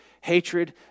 hatred